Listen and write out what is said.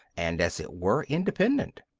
and, as it were, independent.